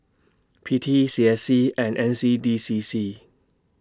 P T C S C and N C D C C